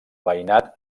veïnat